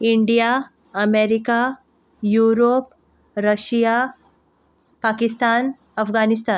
India America Europe Russia Pakistan Afghanistan